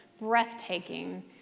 breathtaking